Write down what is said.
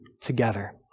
together